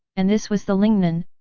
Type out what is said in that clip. and this was the lingnan,